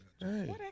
hey